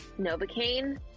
Novocaine